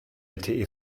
lte